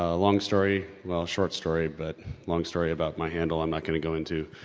ah long story, well short story, but, long story about my handle, i'm not gonna go into.